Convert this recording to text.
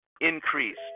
increased